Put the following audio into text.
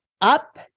up